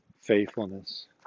faithfulness